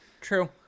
True